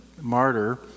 martyr